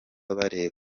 abareba